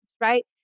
right